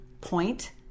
point